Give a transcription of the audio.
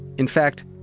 in fact,